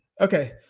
Okay